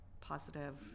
positive